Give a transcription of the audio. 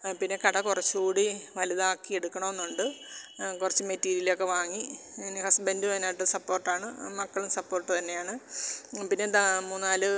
പിന്നെ കട കുറച്ചൂകൂടി വലുതാക്കി എടുക്കണമെന്നുണ്ട് കുറച്ച് മെറ്റീരിയലൊക്കെ വാങ്ങി ഹസ്ബൻഡും അതിനകത്ത് സപ്പോർട്ട് ആണ് മക്കളും സപ്പോർട്ട് തന്നെയാണ് പിന്നെ എന്താണ് മൂന്ന് നാല്